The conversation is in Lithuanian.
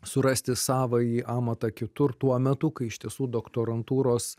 surasti savąjį amatą kitur tuo metu kai iš tiesų doktorantūros